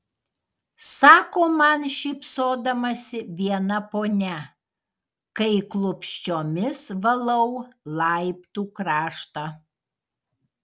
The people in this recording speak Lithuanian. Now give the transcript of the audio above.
sako man šypsodamasi viena ponia kai klupsčiomis valau laiptų kraštą